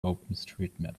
openstreetmap